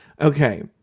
Okay